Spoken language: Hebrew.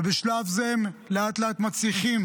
ובשלב זה הם לאט-לאט מצליחים,